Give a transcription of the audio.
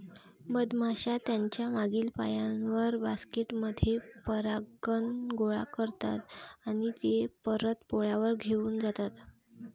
मधमाश्या त्यांच्या मागील पायांवर, बास्केट मध्ये परागकण गोळा करतात आणि ते परत पोळ्यावर घेऊन जातात